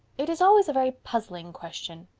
it is always a very puzzling question.